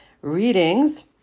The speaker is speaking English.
readings